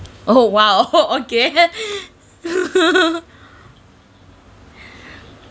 oh !wow! okay